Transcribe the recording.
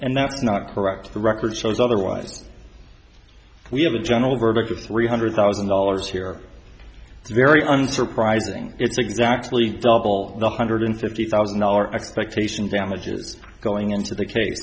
and that's not correct the record shows otherwise we have a general verdict of three hundred thousand dollars here it's very unsurprising it's exactly double the hundred fifty thousand dollars expectation damages going into the ca